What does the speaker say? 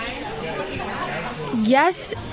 yes